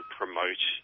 promote